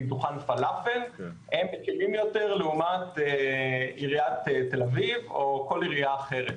דוכן פלאפל הם מקלים יותר לעומת עיריית תל אביב או כל עירייה אחרת.